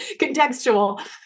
contextual